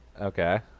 Okay